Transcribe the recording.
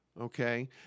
Okay